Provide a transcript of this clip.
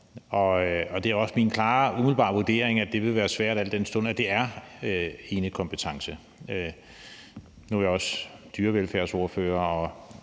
og det er også min klare umiddelbare vurdering, at det vil være svært, al den stund at det er enekompetence. Nu er jeg også dyrevelfærdsordfører,